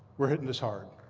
we're hitting this hard.